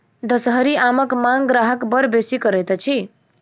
दसहरी आमक मांग ग्राहक बड़ बेसी करैत अछि